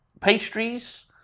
pastries